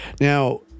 Now